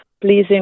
pleasing